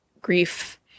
grief